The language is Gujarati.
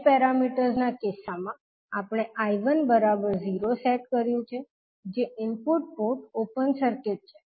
h પેરામીટર્સ ના કિસ્સામાં આપણે 𝐈1 0 સેટ કર્યું છે જે ઇનપુટ પોર્ટ ઓપન સર્કિટ છે